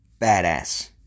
badass